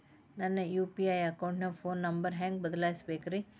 ನನ್ನ ಯು.ಪಿ.ಐ ಅಕೌಂಟಿನ phone number ಹೆಂಗ್ ಬದಲಾಯಿಸ ಬೇಕ್ರಿ?